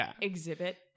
Exhibit